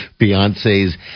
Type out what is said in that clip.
Beyonce's